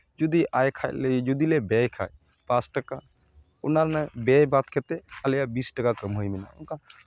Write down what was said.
ᱡᱩᱫᱤ ᱟᱭ ᱠᱷᱟᱱ ᱞᱮ ᱡᱩᱫᱤ ᱡᱩᱫᱤ ᱞᱮ ᱵᱮᱭ ᱠᱷᱟᱱ ᱯᱟᱸᱪ ᱴᱟᱠᱟ ᱚᱱᱟ ᱨᱮᱱᱟᱜ ᱵᱮᱭ ᱵᱟᱫ ᱠᱟᱛᱮᱫ ᱟᱞᱮᱭᱟ ᱵᱤᱥ ᱴᱟᱠᱟ ᱠᱟᱹᱢᱦᱟᱹᱭ ᱢᱮᱱᱟᱜᱼᱟ ᱚᱱᱠᱟ